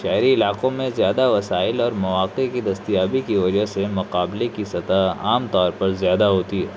شہری علاقوں میں زیادہ وسائل اور مواقع کی دستیابی کی وجہ سے مقابلے کی سطح عام طور پر زیادہ ہوتی ہے